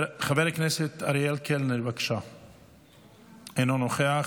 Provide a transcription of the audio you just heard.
חבר הכנסת אריאל קלנר, אינו נוכח,